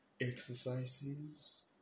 exercises